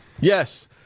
Yes